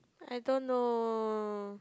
I don't know